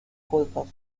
pulvers